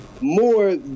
more